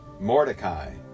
Mordecai